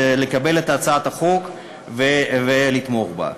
לקבל את הצעת החוק ולתמוך בה.